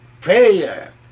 prayer